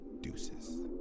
Deuces